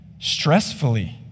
stressfully